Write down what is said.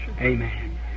Amen